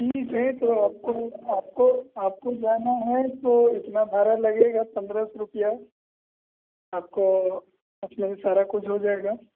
ठीक है तो आपको आपको आपको जाना है तो इतना भाड़ा लगेगा पन्द्रह सौ रुपया आपको उसमें ही सारा कुछ हो जाएगा